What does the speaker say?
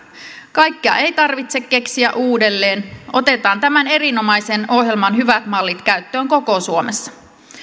kaikkea ei tarvitse keksiä uudelleen otetaan tämän erinomaisen ohjelman hyvät mallit käyttöön koko suomessa